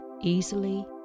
easily